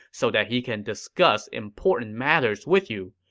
so that he can discuss important matters with you.